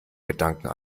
gedanken